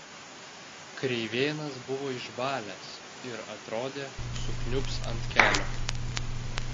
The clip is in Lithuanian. kreivėnas buvo išbalęs ir atrodė sukniubs ant kelio